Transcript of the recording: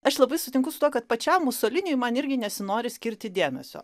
aš labai sutinku su tuo kad pačiam musoliniui man irgi nesinori skirti dėmesio